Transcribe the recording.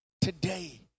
today